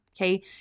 okay